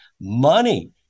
money